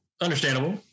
Understandable